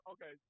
Okay